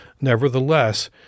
Nevertheless